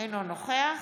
אינו נוכח